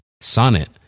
Sonnet